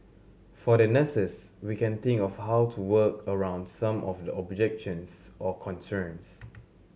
for the nurses we can think of how to work around some of the objections or concerns